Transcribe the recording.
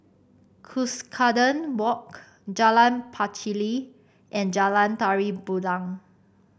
Cuscaden Walk Jalan Pacheli and Jalan Tari